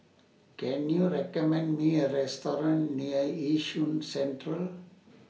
Can YOU recommend Me A Restaurant near Yishun Central